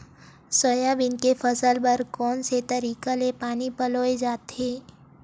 Soybean के फसल बर कोन से तरीका ले पानी पलोय जाथे?